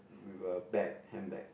with a bag handbag